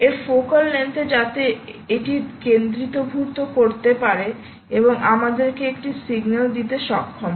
এর focal length এ যাতে এটি কেঁদ্রীভূত করতে পারে এবং আমাদেরকে একটি সিগন্যাল দিতে সক্ষম হয়